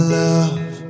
love